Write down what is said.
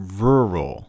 rural